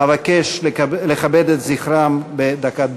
אבקש לכבד את זכרם בדקת דומייה.